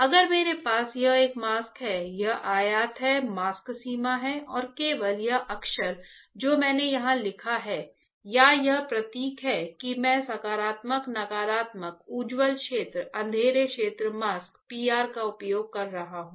अगर मेरे पास यह एक मास्क है यह आयत है मास्क सीमा है और केवल यह अक्षर जो मैंने यहां लिखा है या यह प्रतीक है कि मैं सकारात्मक नकारात्मक उज्ज्वल क्षेत्र अंधेरे क्षेत्र मास्क P R का उपयोग कर रहा हूं